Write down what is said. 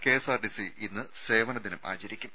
KSRTC ഇന്ന് സേവന ദിനം ആചരിക്കും